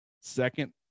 second